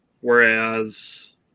whereas